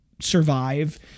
survive